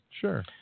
Sure